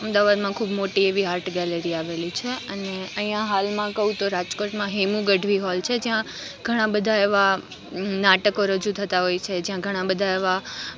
અમદાવાદમાં ખૂબ મોટી એવી આર્ટ ગેલેરી આવેલી છે અને અહીં હાલમાં કહું તો રાજકોટમાં હેમુ ગઢવી હોલ છે જ્યાં ઘણાં બધાં એવાં નાટકો રજૂ થતાં હોય છે જ્યાં ઘણાં બધાં એવાં